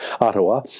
Ottawa